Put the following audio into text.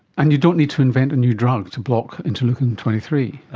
and you don't need to invent a new drug to block interleukin twenty three.